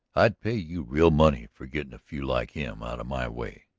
i'd pay you real money for getting a few like him out of my way.